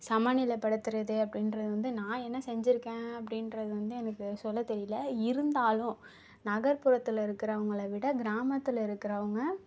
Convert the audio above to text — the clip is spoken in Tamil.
சமநிலை படுத்துவது அப்படின்றது வந்து நான் என்ன செஞ்சிருக்கேன் அப்படின்றது வந்து எனக்கு சொல்ல தெரியல இருந்தாலும் நகர்ப்புறத்தில் இருக்கிறவங்களவிட கிராமத்தில் இருக்கிறவங்க